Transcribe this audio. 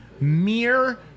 mere